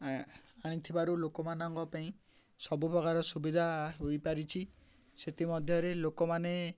ଆ ଆଣିଥିବାରୁ ଲୋକମାନଙ୍କ ପାଇଁ ସବୁପ୍ରକାର ସୁବିଧା ହୋଇପାରିଛି ସେଥିମଧ୍ୟରେ ଲୋକମାନେ